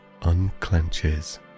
unclenches